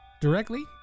directly